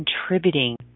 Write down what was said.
contributing